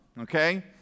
okay